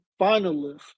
finalist